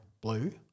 Blue